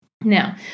Now